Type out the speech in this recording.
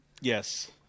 yes